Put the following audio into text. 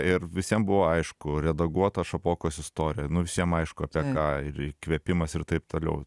ir visiem buvo aišku redaguota šapokos istorija nu visiem aišku apie ką ir įkvėpimas ir taip toliau